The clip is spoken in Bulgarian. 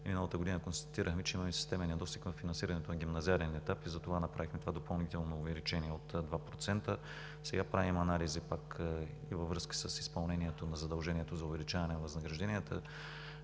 Миналата година констатирахме, че имаме системен недостиг във финансирането на гимназиален етап и затова направихме това допълнително увеличение от 2%. Сега правим анализи пак и във връзка с изпълнението на задължението за увеличаване на възнагражденията.